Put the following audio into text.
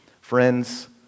Friends